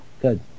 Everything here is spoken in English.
Good